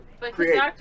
create